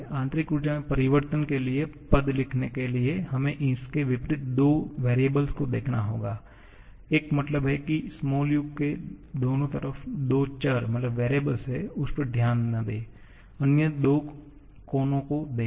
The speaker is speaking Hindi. आंतरिक ऊर्जा में परिवर्तन के लिए पद लिखने के लिए हमें इसके विपरीत दो वेरिएबल्स को देखना होगा मेरा मतलब है कि u के दोनों तरफ दो चर हैं उस पर ध्यान न दें अन्य दो कोनों को देखें